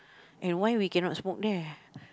and why we cannot smoke there